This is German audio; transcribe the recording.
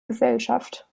gesellschaft